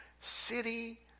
city